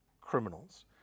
criminals